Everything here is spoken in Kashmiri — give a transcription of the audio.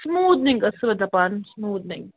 سُموٗدِنٛگ ٲسۍ سَو دَپان سُموٗدنٛگ